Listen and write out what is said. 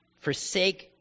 forsake